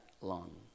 long